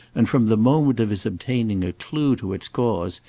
and from the moment of his obtaining a clue to its cause,